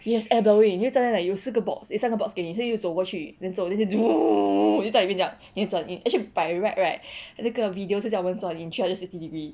yes at the way 又在那里有四个 box 有三个 box 给你所以又走过去 then 走 又在里面这样你转你 actually by right right 那个 video 是叫我们